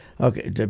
okay